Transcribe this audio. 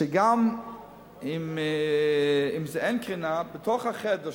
שגם אם אין קרינה, בתוך החדר,